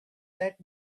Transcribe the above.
that